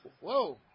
whoa